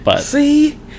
See